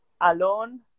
alone